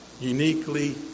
uniquely